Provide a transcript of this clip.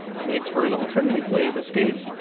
it makes for an alternative way of escape.